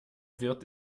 wird